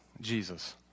Jesus